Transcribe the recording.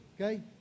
Okay